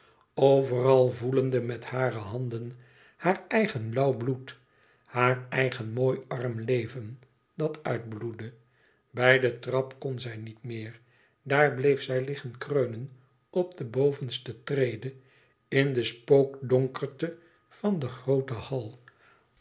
overal voelende met hare handen haar eigen lauw bloed haar eigen mooi arm leven dat uitbloedde bij de trap kon zij niet meer daar bleef zij liggen kreunen op de bovenste trede in de spookdonkerte van den grooten hall